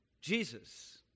Jesus